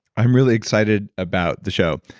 i'm really excited about the show.